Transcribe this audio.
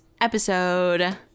episode